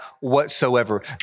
whatsoever